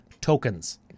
tokens